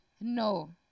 No